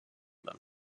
them